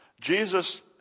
Jesus